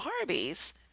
barbie's